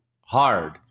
hard